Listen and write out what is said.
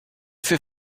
fait